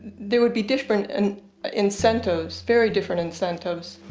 there would be different and incentives, very different incentives.